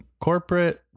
corporate